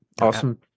Awesome